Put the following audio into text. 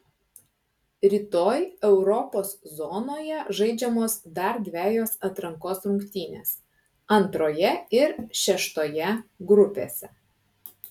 rytoj europos zonoje žaidžiamos dar dvejos atrankos rungtynės antroje ir šeštoje grupėse